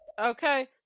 Okay